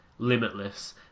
limitless